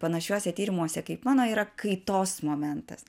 panašiuose tyrimuose kaip mano yra kaitos momentas